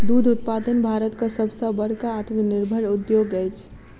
दूध उत्पादन भारतक सभ सॅ बड़का आत्मनिर्भर उद्योग अछि